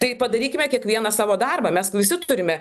tai padarykime kiekvienas savo darbą mes visi turime